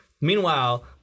Meanwhile